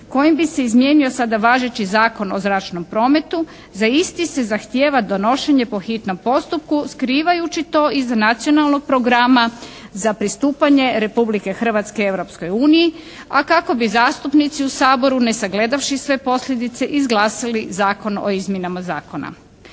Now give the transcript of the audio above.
kojim bi se izmijenio sada važeći Zakon o zračnom prometu. Za isti se zahtijeva donošenje po hitnom postupku skrivajući to iza Nacionalnog programa za pristupanje Republike Hrvatske Europskoj uniji, a kako bi zastupnici u Saboru ne sagledavši sve posljedice izglasali Zakon o izmjenama zakona.